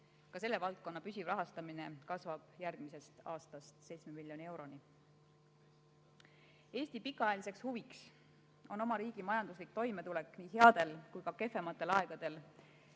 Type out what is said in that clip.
Ka selle valdkonna püsiv rahastamine kasvab järgmisest aastast 7 miljoni euroni. Eesti pikaajaline huvi on riigi majanduslik toimetulek nii headel kui ka kehvematel aegadel,